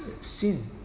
sin